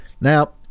Now